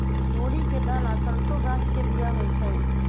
तोरी के दना सरसों गाछ के बिया होइ छइ